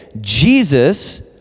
Jesus